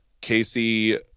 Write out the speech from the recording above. Casey